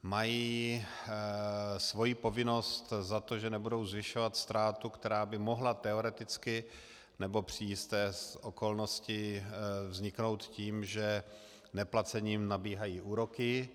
Mají svoji povinnost za to, že nebudou zvyšovat ztrátu, která by mohla teoreticky nebo při jisté okolnosti vzniknout tím, že neplacením nabíhají úroky.